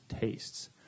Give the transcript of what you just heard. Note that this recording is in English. tastes